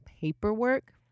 paperwork